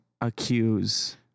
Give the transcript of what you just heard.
accuse